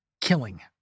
killing